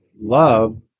love